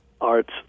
arts